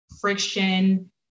friction